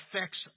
affects